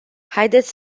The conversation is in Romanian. haideți